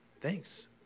thanks